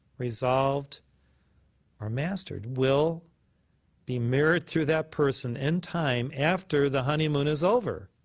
resolved or mastered will be mirrored through that person in time, after the honeymoon is over.